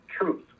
truth